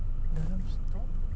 dalam stor